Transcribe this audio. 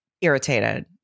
Irritated